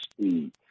speed